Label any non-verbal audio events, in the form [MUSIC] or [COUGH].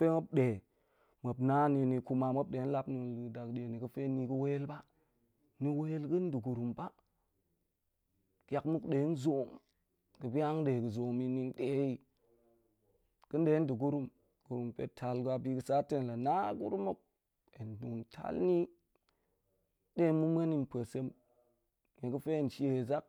har [HESITATION] muop na ni, ni nde kuma muop deni nie ga̱fe ni ga̱ wel ba, ni wel ga̱en nda̱gurum ba tiak muk denzoom ga̱ bi hanga̱l de ga̱ soom, ni nde i. Ga̱n nde nda̱ gurum gurum pet ta ga̱, bi ga̱ sa too hen la̱ na a gurum hok hen tong tal ni de ma̱ muen i npue sem nie ga̱ fe hen shie sak